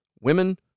Women